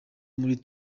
muri